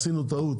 עשינו טעות